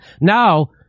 now